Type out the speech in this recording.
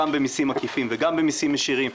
גם במסים עקיפים וגם במסים ישירים,